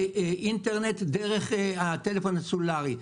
באינטרנט דרך הטלפון הסלולרי.